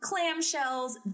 clamshells